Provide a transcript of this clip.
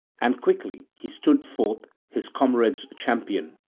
and quickly he stood forth his comrades' champion,